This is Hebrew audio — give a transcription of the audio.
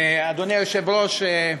אדוני היושב-ראש,